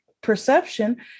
perception